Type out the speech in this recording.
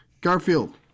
Garfield